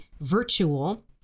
virtual